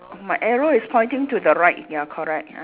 my arrow is pointing to the right ya correct